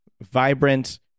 Vibrant